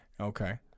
okay